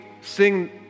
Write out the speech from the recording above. sing